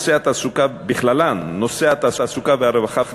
בכללן נושא התעסוקה, הרווחה והחינוך,